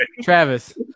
Travis